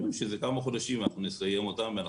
אני מעריך שתוך כמה חודשים נסיים איתם.